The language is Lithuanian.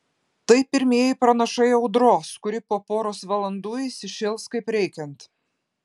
tai pirmieji pranašai audros kuri po poros valandų įsišėls kaip reikiant